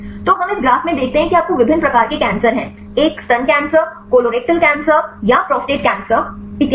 तो हम इस ग्राफ में देखते हैं कि आपको विभिन्न प्रकार के कैंसर हैं एक स्तन कैंसर कोलोरेक्टल कैंसर या प्रोस्टेट कैंसर और इतने पर